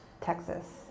texas